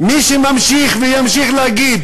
מי שממשיך וימשיך להגיד: